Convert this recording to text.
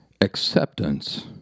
Acceptance